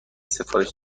سفارش